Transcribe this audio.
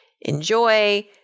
enjoy